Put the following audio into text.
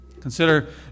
Consider